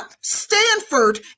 Stanford